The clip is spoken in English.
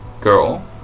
girl